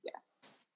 Yes